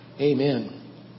Amen